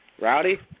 Rowdy